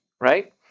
right